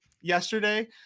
yesterday